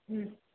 ம்ம்